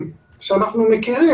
וזה ממה שאנחנו מכירים,